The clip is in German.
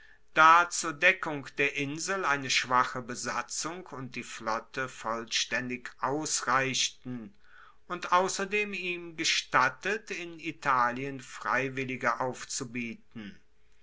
da zur deckung der insel eine schwache besatzung und die flotte vollstaendig ausreichten und ausserdem ihm gestattet in italien freiwillige aufzubieten